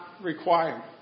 required